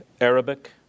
Arabic